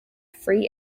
free